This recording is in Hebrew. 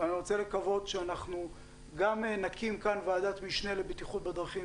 ואני רוצה לקוות שאנחנו גם נקים כאן ועדת משנה לבטיחות בדרכים